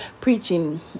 preaching